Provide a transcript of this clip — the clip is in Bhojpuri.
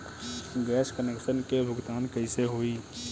गैस कनेक्शन के भुगतान कैसे होइ?